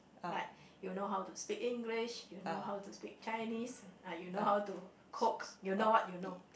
like you know how to speak English you know how to speak Chinese uh you know how to cook you know what you know